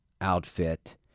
outfit